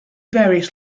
various